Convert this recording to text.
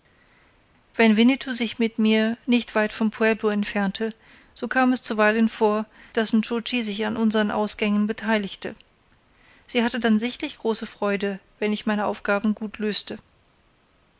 wenn winnetou sich mit mir nicht weit vom pueblo entfernte so kam es zuweilen vor daß nscho tschi sich an unsern ausgängen beteiligte sie hatte dann sichtlich große freude wenn ich meine aufgaben gut löste